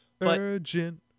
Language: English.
Urgent